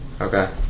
Okay